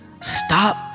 stop